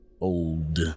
old